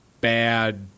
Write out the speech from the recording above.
bad